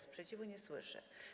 Sprzeciwu nie słyszę.